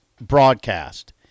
broadcast